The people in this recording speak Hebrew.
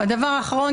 והדבר האחרון,